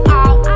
out